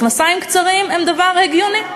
מכנסיים קצרים הם דבר הגיוני.